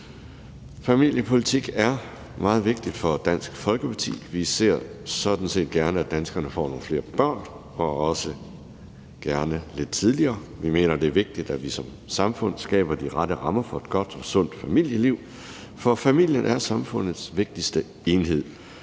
Familiepolitik er meget vigtig for Dansk Folkeparti. Vi ser sådan set gerne, at danskerne får nogle flere børn og også gerne lidt tidligere. Vi mener, det er vigtigt, at vi som samfund skaber de rette rammer for et godt og sundt familieliv, for familien er samfundets vigtigste enhed.